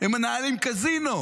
הם מנהלים קזינו.